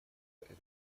этот